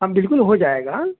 ہاں بالکل ہو جائے گا